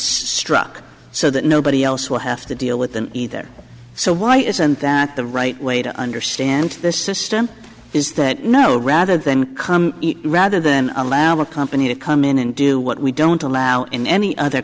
struck so that nobody else will have to deal with an either so why isn't that the right way to understand the system is that no rather than rather than allow a company to come in and do what we don't allow in any other